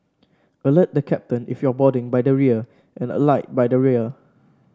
alert the captain if you're boarding by the rear and alight by the rear